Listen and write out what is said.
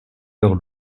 leur